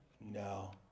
no